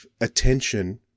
attention